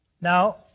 Now